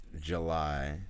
July